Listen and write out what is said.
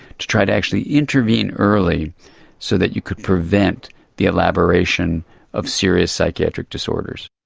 to try to actually intervene early so that you could prevent the elaboration of serious psychiatric disorders.